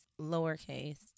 lowercase